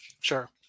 Sure